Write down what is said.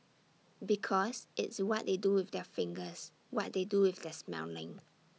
because it's what they do with their fingers what they do with their smelling